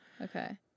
Okay